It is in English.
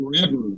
forever